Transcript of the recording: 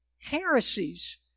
Heresies